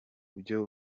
byo